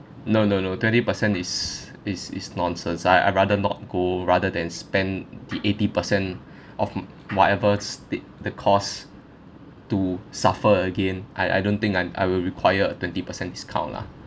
no no no twenty percent is is is nonsense I I'd rather not go rather than spend the eighty percent of m~ whatever stay the cost to suffer again I I don't think I I will require a twenty percent discount lah